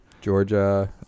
Georgia